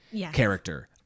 character